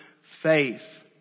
Faith